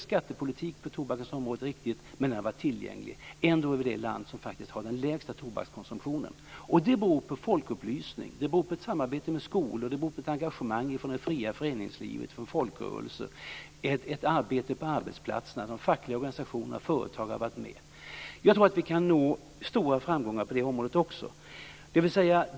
Skatterna på tobak har varit höga, men den har varit tillgänglig. Sverige är ett av de länder som har den lägsta tobakskonsumtionen. Det beror på folkupplysning, på ett samarbete med skolor, på ett engagemang från det fria föreningslivet och folkrörelserna samt på ett arbete på arbetsplatserna där de fackliga organisationerna och företagen har deltagit. Jag tror att vi kan nå stora framgångar också på det här området.